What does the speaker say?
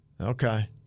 okay